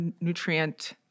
nutrient